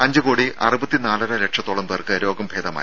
അഞ്ച് കോടി അറുപത്തി നാലര ലക്ഷത്തോളം പേർക്ക് രോഗം ഭേദമായി